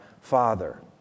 father